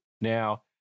now